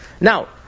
Now